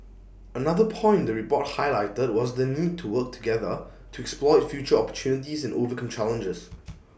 another point the report highlighted was the need to work together to exploit future opportunities and overcome challenges